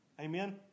amen